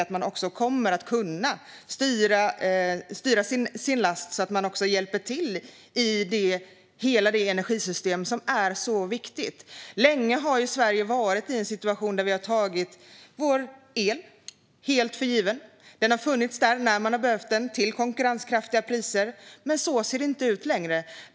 Man kommer att kunna styra sin last så att man hjälper till i hela det energisystem som är så viktigt. I Sverige har vi länge kunnat ta vår el helt för given. Den har funnits när man har behövt den och till konkurrenskraftiga priser, men så ser det inte ut längre.